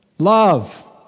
Love